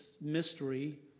mystery